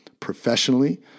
professionally